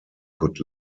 could